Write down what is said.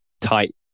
tight